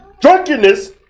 Drunkenness